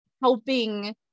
helping